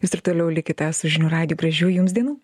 jūs ir toliau likite su žinių radiju gražių jums dienų